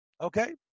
Okay